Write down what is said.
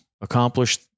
accomplish